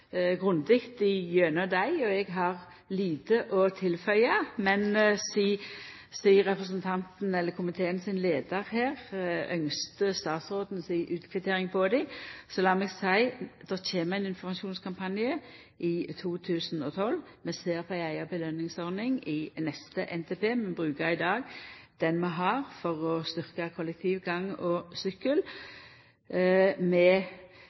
dei, og eg har lite å føya til. Men sidan komiteens leiar ynskjer statsråden si utkvittering av dei, så lat meg seia at det kjem ein informasjonskampanje i 2012. Vi ser på ei eiga belønningsordning i neste NTP. Vi brukar i dag ordninga vi har, for å styrkja kollektivtransport, gang- og